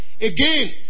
Again